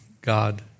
God